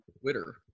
twitter